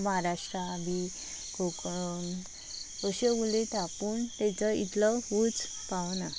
महाराष्ट्रा बी कोकण अश्यो उलयतात पूण तेजो इतलो उंच पावनां